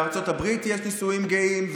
בארצות הברית יש נישואים גאים,